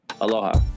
Aloha